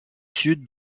sud